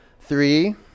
Three